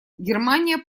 германия